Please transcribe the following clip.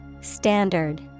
Standard